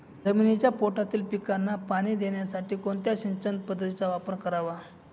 जमिनीच्या पोटातील पिकांना पाणी देण्यासाठी कोणत्या सिंचन पद्धतीचा वापर करावा?